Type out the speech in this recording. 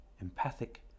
empathic